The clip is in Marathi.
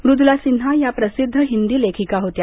मृद्ला सिन्हा या प्रसिद्ध हिंदी लेखिका होत्या